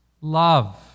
love